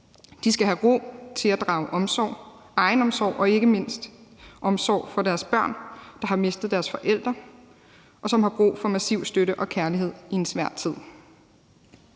De skal have ro til at drage egenomsorg og ikke mindst omsorg for deres børn, der har mistet deres forælder, og som har brug for massiv støtte og kærlighed i en svær tid.